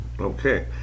Okay